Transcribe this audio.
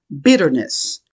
bitterness